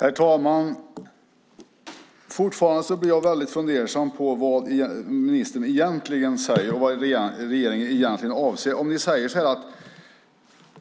Herr talman! Fortfarande blir jag väldigt fundersam över vad ministern egentligen säger och vad regeringen egentligen avser.